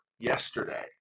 Yesterday